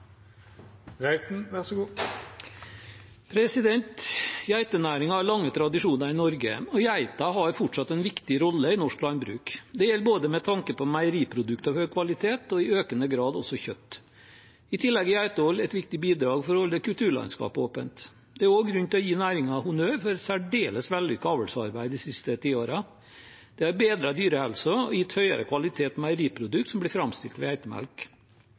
lange tradisjoner i Norge, og geita har fortsatt en viktig rolle i norsk landbruk, både med tanke på meieriprodukter av høy kvalitet og i økende grad også kjøtt. I tillegg er geitehold et viktig bidrag til å holde kulturlandskapet åpent. Det er også grunn til å gi næringen honnør for et særdeles vellykket avlsarbeid de siste tiårene. Det har bedret dyrehelsen og gitt bedre kvalitet på meieriprodukter som blir framstilt